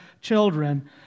children